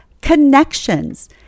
connections